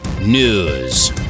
news